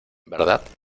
verdad